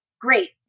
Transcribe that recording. Great